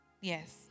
yes